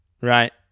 right